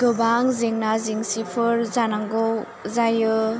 गोबां जेंना जेंसिफोर जानांगौ जायो